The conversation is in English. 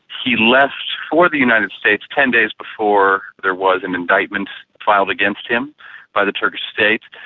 he left for the united states ten days before there was an indictment filed against him by the turkish state.